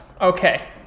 Okay